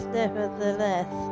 nevertheless